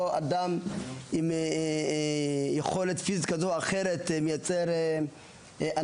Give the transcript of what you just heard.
אדם עם יכולת פיזית כזו או אחרת, שמייצר אנרכיה,